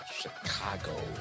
Chicago